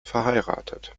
verheiratet